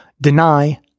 Deny